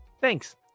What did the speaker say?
Thanks